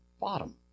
bottom